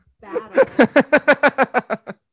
battle